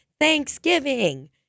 Thanksgiving